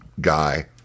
guy